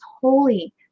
holy